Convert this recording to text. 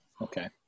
Okay